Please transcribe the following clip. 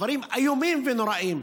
שמוביל לדברים איומים ונוראים.